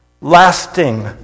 lasting